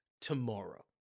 tomorrow